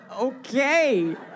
okay